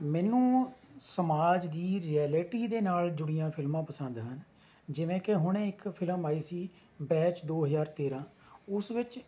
ਮੈਨੂੰ ਸਮਾਜ ਦੀ ਰਿਐਲਟੀ ਦੇ ਨਾਲ ਜੁੜੀਆਂ ਫਿਲਮਾਂ ਪਸੰਦ ਹਨ ਜਿਵੇਂ ਕਿ ਹੁਣੇ ਇੱਕ ਫਿਲਮ ਆਈ ਸੀ ਬੈਚ ਦੋ ਹਜ਼ਾਰ ਤੇਰਾਂ ਉਸ ਵਿੱਚ